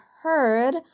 heard